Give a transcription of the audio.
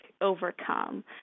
overcome